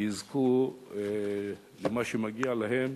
יזכו למה שמגיע להם,